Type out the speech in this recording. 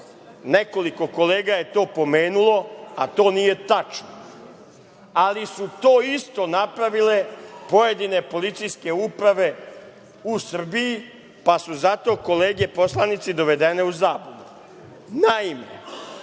nekoliko kolega je to pomenulo, a to nije tačno, ali su to isto napravile pojedine policijske uprave u Srbiji, pa su zato kolege poslanici dovedeni u zabludu. Naime,